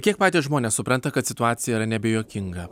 kiek patys žmonės supranta kad situacija yra nebejuokinga